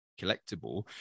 collectible